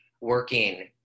working